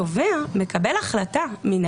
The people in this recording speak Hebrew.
הבקשה הזאת לפי הצעתנו תוכרע לפי מבחן